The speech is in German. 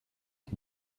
ich